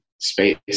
space